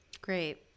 great